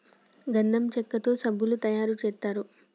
గంధం చెక్కతో సబ్బులు తయారు చేస్తారు